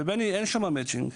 ובני אין שם מצ'ינג.